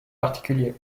particulier